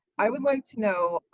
i would like to know,